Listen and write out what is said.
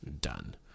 done